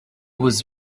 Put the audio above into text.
was